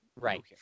Right